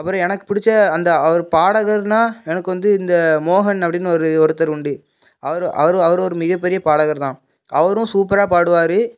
அப்புறம் எனக்கு பிடிச்ச அந்த அவர் பாடகர்னால் எனக்கு வந்து இந்த மோகன் அப்படின்னு ஒரு ஒருத்தர் உண்டு அவர் அவர் அவர் ஒரு மிகப்பெரிய பாடகர் தான் அவரும் சூப்பராக பாடுவார்